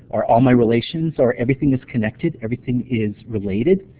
or all my relations, or everything is connected, everything is related.